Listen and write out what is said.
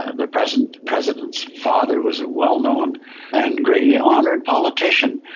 the president's president's father was a well-known and greatly honoured politician,